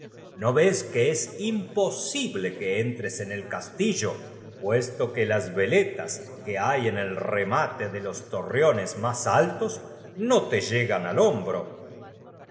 no vos que es imposible que entres en el castillo puesto que las veletas que hay en el rema te de los torreones más altos no te llegan al hombrof